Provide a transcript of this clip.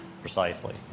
precisely